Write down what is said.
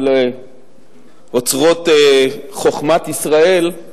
ולאוצרות חוכמת ישראל,